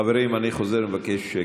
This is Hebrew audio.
חוזר ומבקש שקט.